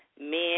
men